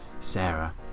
Sarah